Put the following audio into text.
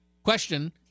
Question